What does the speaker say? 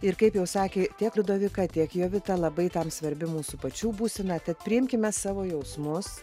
ir kaip jau sakė tiek liudovika tiek jovita labai tam svarbi mūsų pačių būsena tad priimkime savo jausmus